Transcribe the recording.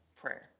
prayer